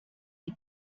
qui